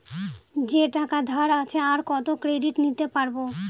যে টাকা ধার আছে, আর কত ক্রেডিট নিতে পারবো?